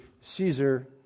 Caesar